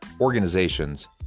organizations